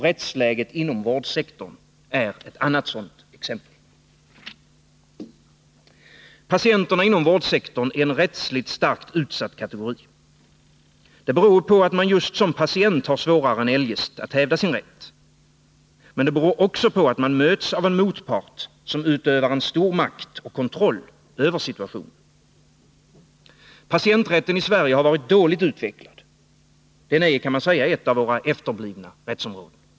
Rättsläget inom vårdsektorn är ett annat sådant exempel. Patienterna inom vårdsektorn är en rättsligt starkt utsatt kategori. Det beror på att man just som patient har svårare än eljest att hävda sin rätt. Men det beror också på att man möts av en motpart som utövar stor makt och kontroll över situationen. Patienträtten i Sverige har varit dåligt utvecklad. Den är ett av våra efterblivna rättsområden.